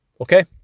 Okay